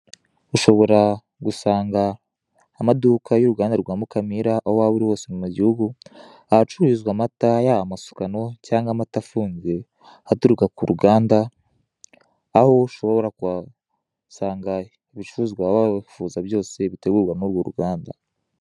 Ushobora gusanga amaduka y'uruganda rwa Mukamira aho waba uri hose mu gihugu, ahacururizwa amata yaba amasukano cyangwa amata afunze aturuka ku ruganda; aho ushobora kuhasanga ibicuruzwa waba wifuza byose bitegurwa n'urwo ruganda.